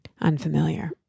Unfamiliar